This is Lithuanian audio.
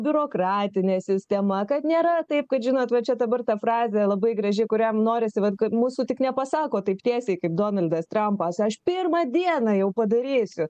biurokratinė sistema kad nėra taip kad žinot va čia dabar ta frazė labai graži kuriam norisi vat kad mūsų tik nepasako taip tiesiai kaip donaldas trampas aš pirmą dieną jau padarysiu